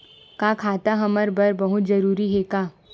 का खाता हमर बर बहुत जरूरी हे का?